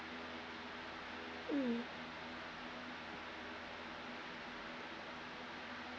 mm